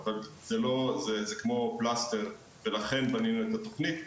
אבל זה כמו פלסטר ולכן בנינו את התוכנית.